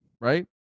right